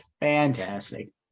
Fantastic